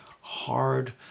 hard